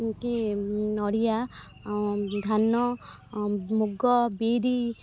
କି ନଡ଼ିଆ ଧାନ ମୁଗ ବିରି